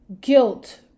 guilt